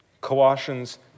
Colossians